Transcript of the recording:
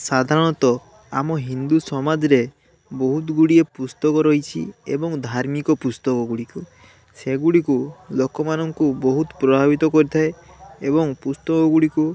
ସାଧାରଣତଃ ଆମ ହିନ୍ଦୁ ସମାଜରେ ବହୁତ ଗୁଡ଼ିଏ ପୁସ୍ତକ ରହିଛି ଏବଂ ଧାର୍ମିକ ପୁସ୍ତକ ଗୁଡ଼ିକୁ ସେଗୁଡ଼ିକୁ ଲୋକମାନଙ୍କୁ ବହୁତ ପ୍ରଭାବିତ କରିଥାଏ ଏବଂ ପୁସ୍ତକ ଗୁଡ଼ିକୁ